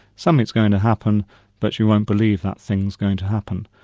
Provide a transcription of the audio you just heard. something's going to happen but you won't believe that thing's going to happen.